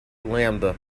lambda